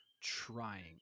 trying